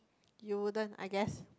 you wouldn't I guess